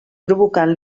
provocant